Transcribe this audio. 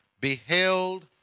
beheld